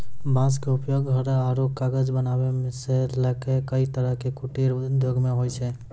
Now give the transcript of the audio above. बांस के उपयोग घर आरो कागज बनावै सॅ लैक कई तरह के कुटीर उद्योग मॅ होय छै